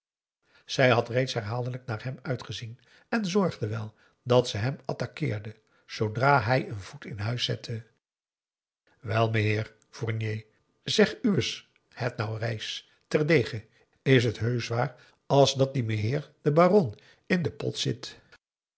zij had reeds herhaaldelijk naar hem uitgezien en zorgde wel dat ze hem attaqueerde zoodra hij een voet in huis zette wel meheer fournier zeg uwes het nou reis terdege is het heusch waar as dat die meheer de baron in de pot zit